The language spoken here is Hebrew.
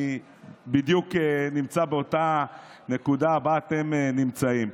ואני בדיוק נמצא באותה נקודה שבה אתם נמצאים.